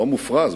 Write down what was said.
לא המופרז,